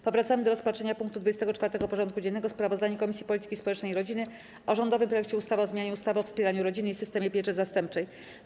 Powracamy do rozpatrzenia punktu 24. porządku dziennego: Sprawozdanie Komisji Polityki Społecznej i Rodziny o rządowym projekcie ustawy o zmianie ustawy o wspieraniu rodziny i systemie pieczy zastępczej.